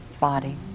body